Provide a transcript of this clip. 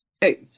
Hey